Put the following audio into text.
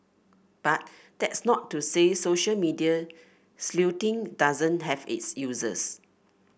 but that's not to say social media sleuthing doesn't have its uses